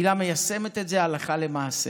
והילה מיישמת את זה הלכה למעשה.